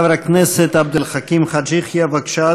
חבר הכנסת עבד אל חכים חאג' יחיא, בבקשה,